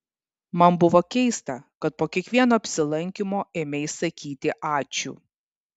man buvo keista kad po kiekvieno apsilankymo ėmei sakyti ačiū